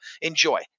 Enjoy